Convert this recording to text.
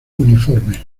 uniforme